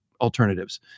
alternatives